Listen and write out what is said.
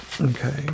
Okay